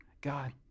God